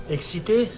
Excité